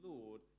Lord